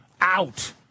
Out